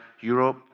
Europe